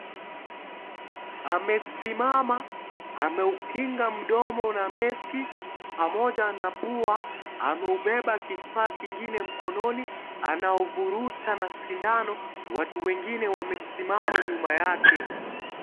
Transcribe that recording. Amesimama ameukinga mdomo na meski pamoja na pua, ameubaba kifaa kingine mkononi anauvuruta na sindano, watu wengine wamesimama nyuma yake.